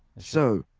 so,